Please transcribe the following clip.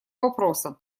вопроса